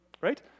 right